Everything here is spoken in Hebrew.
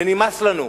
ונמאס לנו.